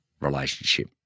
relationship